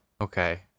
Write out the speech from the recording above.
Okay